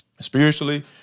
spiritually